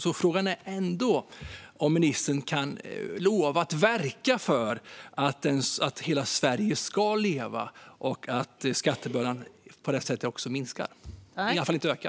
Min fråga är om ministern kan lova att verka för att hela Sverige ska leva och att skattebördan för landsbygdsborna ska minska - eller åtminstone inte öka.